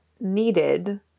needed